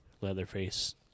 Leatherface